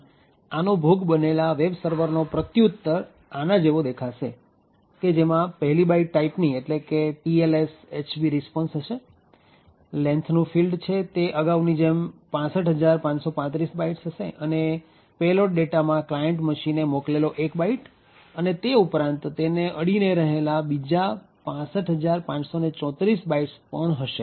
આમ આનો ભોગ બનેલા વેબ સર્વરનો પ્રત્યુત્તર આના જેવો દેખાશે તેમાં પહેલી બાઈટ ટાઈપની એટલે કે TLS HB RESPONSE હશે lengthનું ફિલ્ડ છે તે અગાઉની જેમ ૬૫૫૩૫ બાઇટ્સ હશે અને પેલોડ ડેટા માં ક્લાયન્ટ મશીને મોકલેલો ૧ બાઈટ અને તે ઉપરાંત તેને અડીને રહેલા બીજા ૬૫૫૩૪ બાઇટ્સ પણ હશે